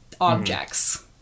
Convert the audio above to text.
objects